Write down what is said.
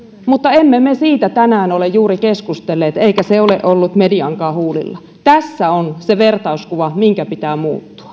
mutta emme me siitä tänään ole juuri keskustelleet eikä se ole ollut mediankaan huulilla tässä on se vertauskuva minkä pitää muuttua